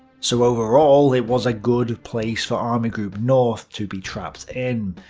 so overall, it was a good place for army group north to be trapped in.